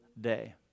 day